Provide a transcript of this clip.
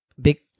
big